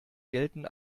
gelten